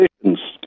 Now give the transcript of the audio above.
conditions